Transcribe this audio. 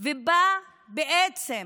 ובה בעצם,